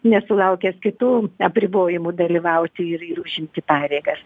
nesulaukęs kitų apribojimų dalyvauti ir ir užimti pareigas